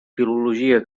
filologia